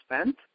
spent